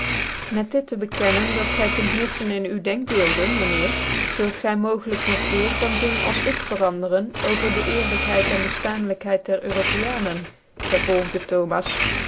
met dit tc bekennen dat gy kunt mirten in uwe denkbeelden myn heer zult gy mogclyk nog eer van zin als ik veranderen over dc ccrlykhcid en beftaanlykhcid der europiancn vervolgde thomas